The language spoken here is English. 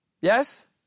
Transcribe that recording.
Yes